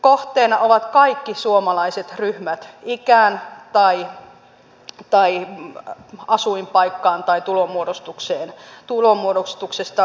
kohteena ovat kaikki suomalaiset ryhmät iästä tai asuinpaikasta tai tulonmuodostuksesta riippumatta